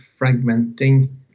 fragmenting